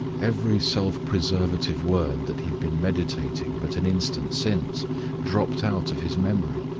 every self-preservative word that he had been meditating but an instant since dropped out of his memory.